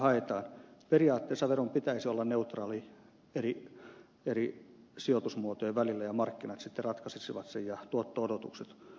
periaatteessa veron pitäisi olla neutraali eri sijoitusmuotojen välillä ja markkinat ja tuotto odotukset sitten ratkaisisivat hyödyn